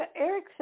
Eric